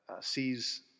sees